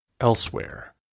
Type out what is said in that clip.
elsewhere